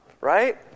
right